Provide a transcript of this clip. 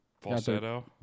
Falsetto